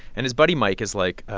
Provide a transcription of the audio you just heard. and his buddy mike is like,